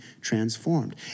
transformed